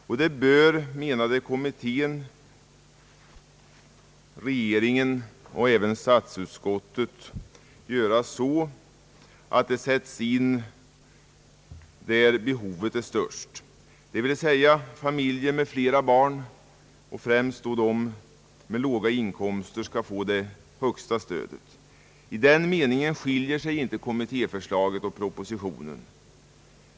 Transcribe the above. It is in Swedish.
Detta stöd bör — menade kommittén, regeringen och nu även statsutskottet — sättas in där behovet är störst, dvs. familjer med flera barn och främst familjer med låga inkomster skall få det högsta stödet. I denna mening skiljer sig inte kommittéförslaget och propositionen.